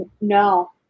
no